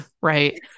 right